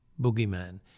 boogeyman